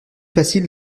facile